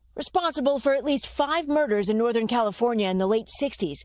responsible for at least five murders in northern california in the late sixty s,